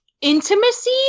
intimacy